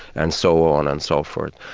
and so on and so forth.